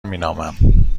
مینامم